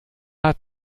hat